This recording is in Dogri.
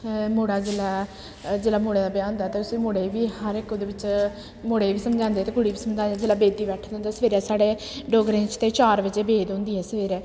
मुड़ा जेल्लै जेल्लै मुड़े दा ब्याह् होंदा ते उस्सी मुड़े गी बी हर इक ओह्दे बिच्च मुड़े गी बी समझांदे ते कुड़ी गी बी समझांदे जेल्लै बेदी बैठे दे होंदे सबेरे साढ़े डोगरें च ते चार बजे बेद होंदी ऐ सवेरै